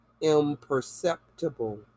imperceptible